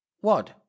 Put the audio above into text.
What